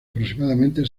aproximadamente